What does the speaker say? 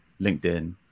LinkedIn